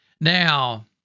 Now